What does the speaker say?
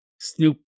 Snoop